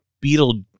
Beetle